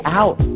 out